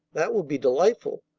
that will be delightful.